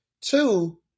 Two